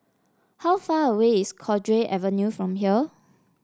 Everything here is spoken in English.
how far away is Cowdray Avenue from here